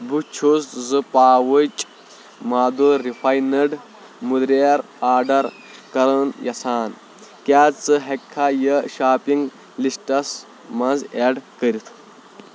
بہٕ چھُس زٕ پاوچ مادُر رِفاینڈ مٔدریر آرڈر کرٕنۍ یژھان کیٛاہ ژٕ ہٮ۪کھا یہِ شاپنگ لسٹَس منٛز ایڈ کٔرِتھ